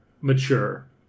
mature